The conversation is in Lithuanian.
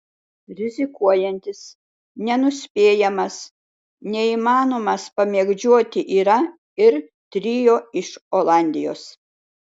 rizikuojantis nenuspėjamas neįmanomas pamėgdžioti yra ir trio iš olandijos